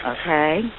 Okay